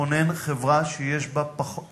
לכונן חברה שיש בה פחות,